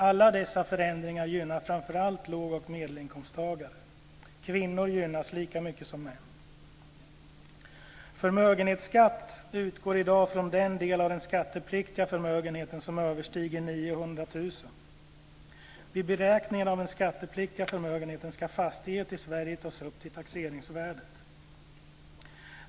Alla dessa förändringar gynnar framför allt låg och medelinkomsttagare. Kvinnor gynnas lika mycket som män. Förmögenhetsskatt utgår i dag på den del av den skattepliktiga förmögenheten som överstiger 900 000 kr. Vid beräkningen av den skattepliktiga förmögenheten ska fastighet i Sverige tas upp till taxeringsvärdet.